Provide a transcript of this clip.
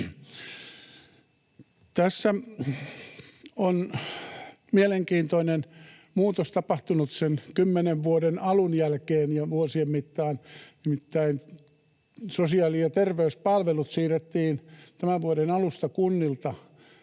Tässä on mielenkiintoinen muutos tapahtunut sen kymmenen vuoden alun jälkeen ja vuosien mittaan. Nimittäin sosiaali- ja terveyspalvelut siirrettiin tämän vuoden alusta kunnilta